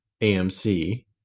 AMC